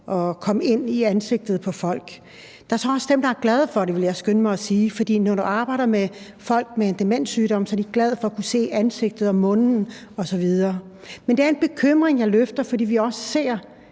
kan komme ind i ansigtet på folk. Der er så også dem, der er glade for det, vil jeg skynde mig at sige, for når du arbejder med folk med en demenssygdom, er de glade for at kunne se ansigtet og munden osv. Men det er en bekymring, jeg rejser, fordi vi også ser